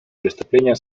преступления